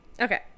Okay